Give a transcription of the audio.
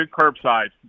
curbside